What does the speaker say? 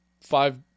five